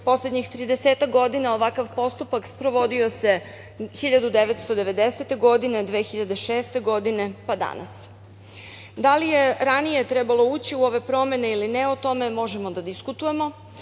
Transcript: poslednjih tridesetak godina, ovakav postupak sprovodio 1990, 2006. godine, pa danas. Da li je ranije trebalo ući u ove promene ili ne, o tome možemo da diskutujemo,